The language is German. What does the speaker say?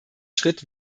schritt